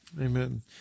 Amen